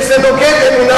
מבחני בגרות שזה נוגד אמונה,